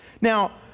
Now